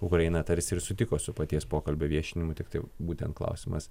ukraina tarsi ir sutiko su paties pokalbio viešinimu tiktai būtent klausimas